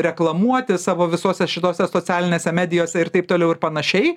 reklamuoti savo visose šitose socialinėse medijose ir taip toliau ir panašiai